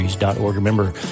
Remember